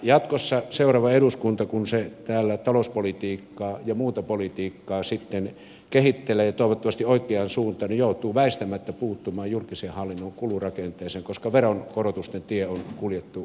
jatkossa seuraava eduskunta kun se täällä talouspolitiikkaa ja muuta politiikkaa sitten kehittelee toivottavasti oikeaan suuntaan joutuu väistämättä puuttumaan julkisen hallinnon kulurakenteeseen koska veronkorotusten tie on kuljettu loppuun